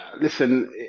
Listen